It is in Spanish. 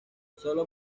sólo